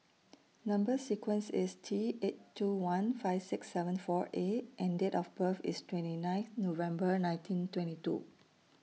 Number sequence IS T eight two one five six seven four A and Date of birth IS twenty ninth November nineteen twenty two